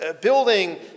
Building